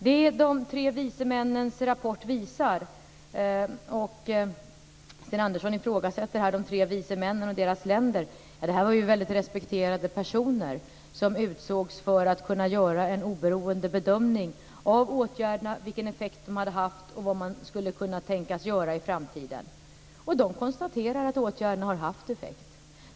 Sten Andersson ifrågasätter här "de tre vise männen" och deras länder. Det här var ju väldigt respekterade personer som utsågs för att kunna göra en oberoende bedömning av åtgärderna, vilken effekt de hade haft och vad man skulle kunna tänkas göra i framtiden. De konstaterar att åtgärderna har haft effekt.